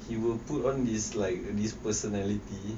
he will put on this like this personality